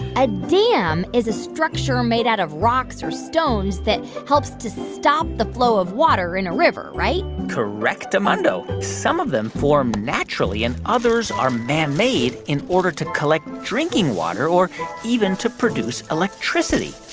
a dam is a structure made out of rocks or stones that helps to stop the flow of water in a river, right? correctamundo. some of them form naturally. and others are man-made in order to collect drinking water or even to produce electricity